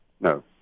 no